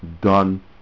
done